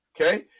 Okay